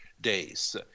days